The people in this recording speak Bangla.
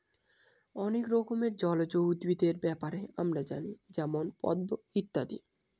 অনেক রকমের জলজ উদ্ভিদের ব্যাপারে আমরা জানি যেমন পদ্ম ইত্যাদি